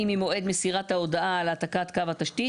ממועד מסירת ההודעה על העתקת קו התשתית,